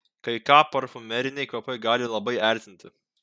kai ką parfumeriniai kvapai gali labai erzinti